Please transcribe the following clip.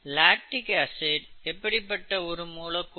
lactic acid எப்படிப்பட்ட ஒரு மூலக்கூறு